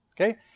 okay